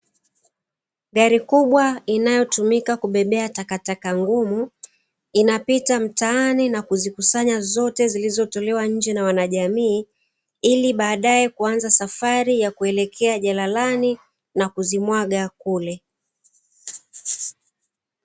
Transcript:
Gari kubwa inayotumika kubebea Takataka ngumu, inapita mtaani na kuzikusanya zote zilizotolewa nje na wana jamii ili baadae kuanza safari kuelekea jalalani na kuzimwaga kule.